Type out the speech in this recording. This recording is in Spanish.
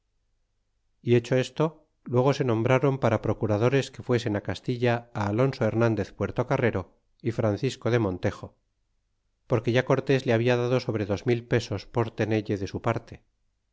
y hecho esto luego se nombráron para procuradores que fuesen castilla alonso hernandez puertocarrero y francisco de montejo porque ya cortés le habla dado sobre dos mil pesos por tenelle de su parte